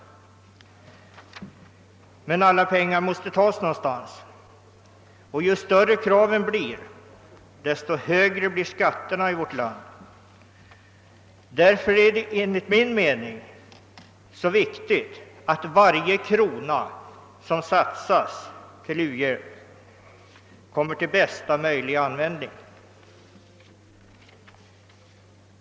Men alla pengar måste tas någonstans, och ju större kraven blir, desto högre blir skatterna i vårt land. Därför är det enligt min mening så viktigt att varje krona som satsas på u-hjälp kommer till bästa möjliga användning.